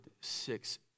six